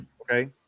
okay